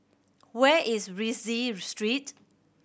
where is Rienzi Street